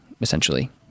essentially